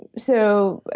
so,